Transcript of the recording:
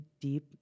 deep